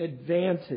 advantage